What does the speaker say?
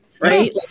right